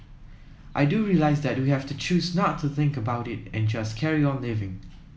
I do realise that we have to choose not to think about it and just carry on living